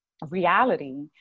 reality